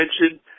mentioned